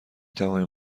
توانیم